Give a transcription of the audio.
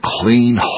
clean